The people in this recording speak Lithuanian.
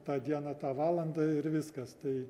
tą dieną tą valandą ir viskas tai